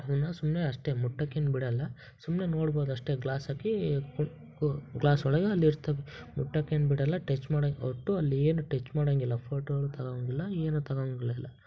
ಅದನ್ನ ಸುಮ್ಮನೆ ಅಷ್ಟೆ ಮುಟ್ಟಕ್ಕೇನೂ ಬಿಡೋಲ್ಲ ಸುಮ್ಮನೆ ನೋಡ್ಬೋದು ಅಷ್ಟೆ ಗ್ಲಾಸ್ ಹಾಕಿ ಕು ಕು ಗ್ಲಾಸ್ ಒಳಗೆ ಅಲ್ಲಿರ್ತಾವೆ ಮುಟ್ಟಕ್ಕೇನೂ ಬಿಡೋಲ್ಲ ಟಚ್ ಮಾಡಕ್ಕೆ ಒಟ್ಟು ಅಲ್ಲಿ ಏನೂ ಟಚ್ ಮಾಡೋಂಗಿಲ್ಲ ಫೋಟೋಗಳ್ ತಗೋಂಗಿಲ್ಲ ಏನೂ ತಗೋ ಹಂಗಿಲ್ಲ